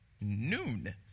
Noon